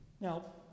Now